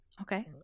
Okay